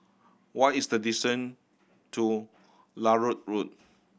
what is the distant to Larut Road